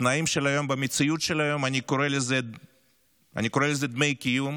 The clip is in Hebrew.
בתנאים של היום ובמציאות של היום אני קורא לזה "דמי קיום",